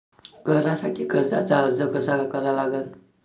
घरासाठी कर्जाचा अर्ज कसा करा लागन?